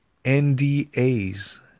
NDA's